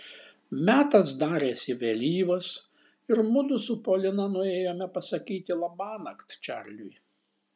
metas darėsi vėlyvas ir mudu su polina nuėjome pasakyti labanakt čarliui